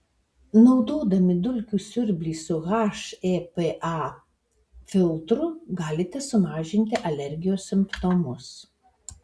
naudodami dulkių siurblį su hepa filtru galite sumažinti alergijos simptomus